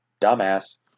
dumbass